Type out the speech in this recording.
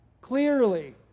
Clearly